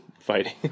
fighting